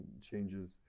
changes